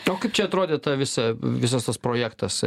o kaip čia atrodė ta visa visas tas projektas